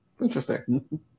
interesting